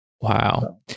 Wow